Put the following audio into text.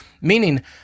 meaning